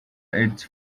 its